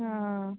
ആ